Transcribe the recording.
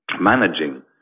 managing